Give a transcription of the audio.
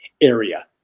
area